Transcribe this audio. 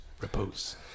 Repose